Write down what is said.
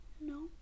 No